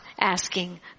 asking